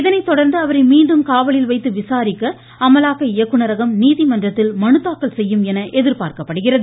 இதனைத்தொடா்ந்து அவரை மீண்டும் காவலில் வைத்து விசாரிக்க அமலாக்க இயக்குநரகம் நீதிமன்றத்தில் மனு தாக்கல் செய்யும் என எதிர்பார்க்கப்படுகிறது